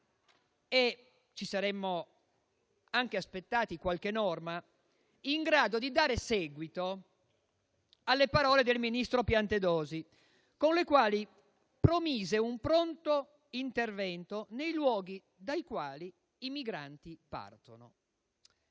Ci saremmo anche aspettati qualche norma in grado di dare seguito alle parole del ministro Piantedosi, con le quali promise un pronto intervento nei luoghi dai quali i migranti partono.